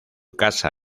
casa